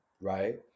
right